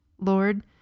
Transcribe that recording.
Lord